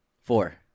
Four